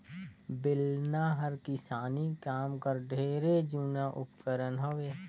बेलना हर किसानी काम कर ढेरे जूना उपकरन हवे